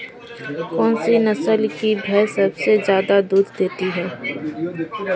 कौन सी नस्ल की भैंस सबसे ज्यादा दूध देती है?